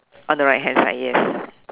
on the right hand side yes